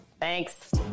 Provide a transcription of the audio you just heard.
Thanks